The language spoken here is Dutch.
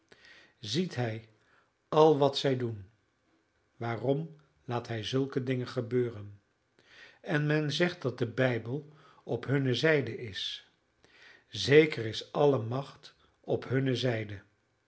ziet hij al wat zij doen waarom laat hij zulke dingen gebeuren en men zegt dat de bijbel op hunne zijde is zeker is alle macht op hunne zijde